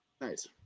Nice